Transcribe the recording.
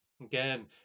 Again